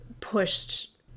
pushed